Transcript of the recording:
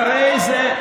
לקחנו את זה מאילת.